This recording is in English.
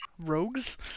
Rogues